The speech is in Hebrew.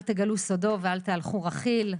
אל תגלו סודו ואל תהלכו רכיל.